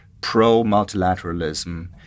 pro-multilateralism